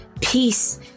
peace